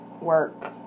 work